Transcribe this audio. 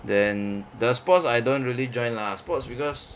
then the sports I don't really join lah sports because